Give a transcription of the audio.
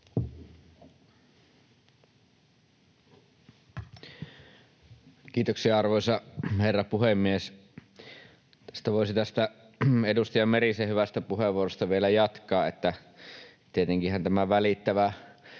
Kiitoksia, arvoisa herra puhemies! Tästä edustaja Merisen hyvästä puheenvuorosta voisi vielä jatkaa, että tietenkinhän tämä välittävä-sana